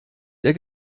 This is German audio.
der